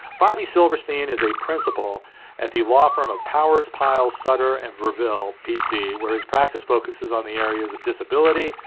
bobby silverstein is a principal at the law firm of powers, pyles, sutter and verville, pc, where his practice focuses on the areas of disability,